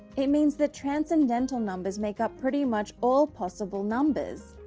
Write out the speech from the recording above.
it means that transcendental numbers make up pretty much all possible numbers!